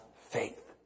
faith